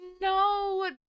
No